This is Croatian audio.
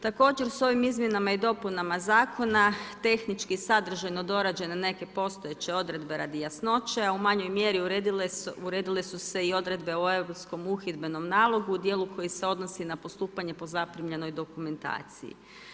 Također s ovim izmjenama i dopunama zakona, tehnički i sadržajno dorađene neke postojeće odredbe radi jasnoće, u manjoj mjeri uredile su se i odredbe o Europskom uhidbenom nalogu u djelu koji se odnosi na postupanje po zaprimljenoj dokumentaciji.